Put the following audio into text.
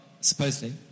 supposedly